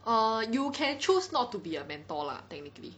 err you can choose not to be a mentor lah technically